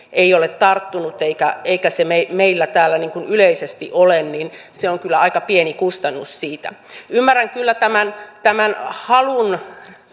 ei ole tarttunut eikä se meillä täällä yleisesti ole niin se on kyllä aika pieni kustannus siitä ymmärrän kyllä tämän tämän halun